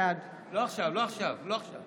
בעד ישראל כץ,